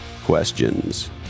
questions